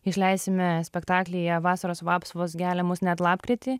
išleisime spektaklyje vasaros vapsvos gelia mus net lapkritį